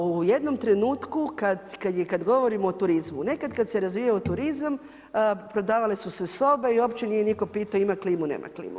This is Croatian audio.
U jednom trenutku kad govorimo o turizmu, nekad kad se razvijao turizam prodavale su se sobe i uopće nitko nije pitao ima klimu, nema klimu.